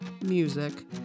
music